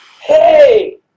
hey